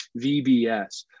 VBS